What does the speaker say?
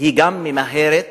גם ממהרת